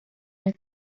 and